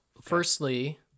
Firstly